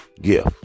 Gift